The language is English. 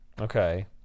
Okay